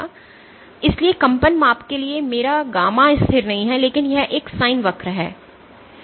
इसलिए कंपन माप के लिए मेरा गामा स्थिर नहीं है लेकिन यह एक sin वक्र है